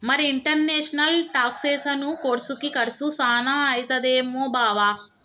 మరి ఇంటర్నేషనల్ టాక్సెసను కోర్సుకి కర్సు సాన అయితదేమో బావా